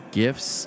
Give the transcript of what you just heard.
gifts